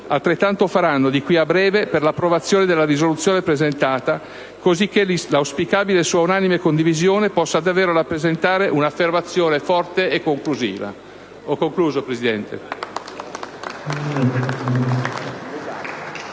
Altrettanto faranno, di qui a breve, per l'approvazione della proposta di risoluzione presentata, cosicché l'auspicabile sua unanime condivisione possa davvero rappresentare un'affermazione forte e conclusiva. *(Applausi dal